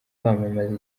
kwamamaza